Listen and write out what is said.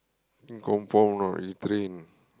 ni confirm got retrain